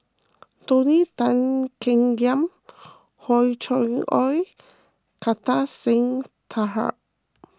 Tony Tan Keng Yam Hor Chim or Kartar Singh Thakral